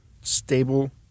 stable